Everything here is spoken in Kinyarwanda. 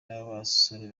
n’abasore